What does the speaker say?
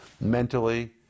Mentally